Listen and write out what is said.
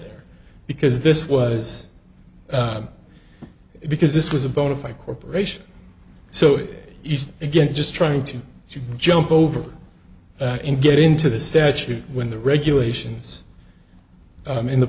there because this was because this was a bona fide corporation so it east again just trying to jump over and get into the statute when the regulations in the